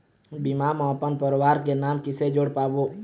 बीमा म अपन परवार के नाम किसे जोड़ पाबो?